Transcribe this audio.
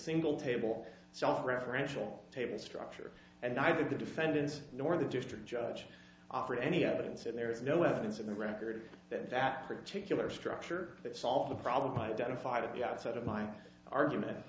single table self referential table structure and i think the defendants nor the district judge offered any evidence and there is no evidence in the record that that particular structure that solve the problem identified at the outset of my argument